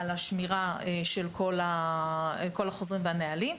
על השמירה של כל החוזרים והנהלים.